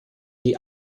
die